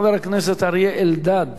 חבר הכנסת אריה אלדד.